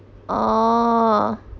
oh